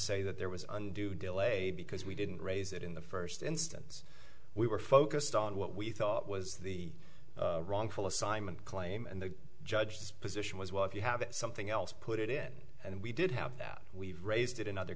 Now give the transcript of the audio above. say that there was undue delay because we didn't raise it in the first instance we were focused on what we thought was the wrongful assignment claim and the judge his position was well if you have something else put it in and we did have that we've raised it in other